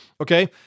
okay